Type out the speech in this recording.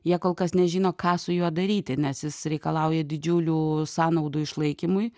jie kol kas nežino ką su juo daryti nes jis reikalauja didžiulių sąnaudų išlaikymui